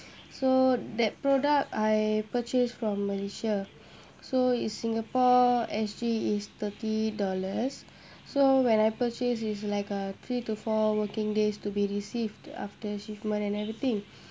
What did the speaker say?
so that product I purchase from malaysia so is singapore S_G is thirty dollars so when I purchased is like a three to four working days to be received after shipment and everything